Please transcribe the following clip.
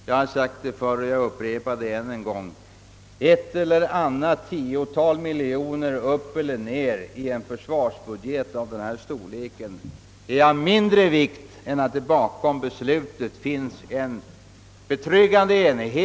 Jag har sagt det förr och upprepar det än en gång att ett eller annat tiotal miljoner kronor uppåt eller nedåt i en försvarsbudget av denna storleksordning är av mindre vikt än att det bakom de beslut som fattas finns en betryggande enighet.